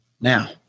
Now